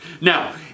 Now